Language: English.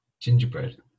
Gingerbread